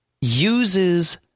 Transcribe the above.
uses